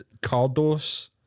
Cardos